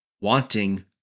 wanting